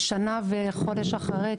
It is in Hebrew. שנה וחודש אחרי,